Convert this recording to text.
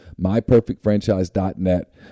MyPerfectFranchise.net